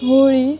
Holi